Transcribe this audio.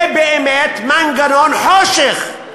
זה באמת מנגנון חושך.